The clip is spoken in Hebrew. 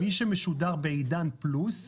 מי שמשודר בעידן פלוס,